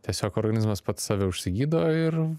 tiesiog organizmas pats save užsigydo ir